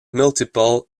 multiple